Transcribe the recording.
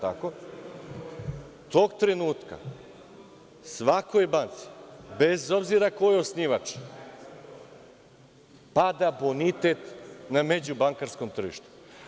Tog trenutka svakoj banci, bez obzira ko je osnivač, pada bonitet na međubankarskom tržištu.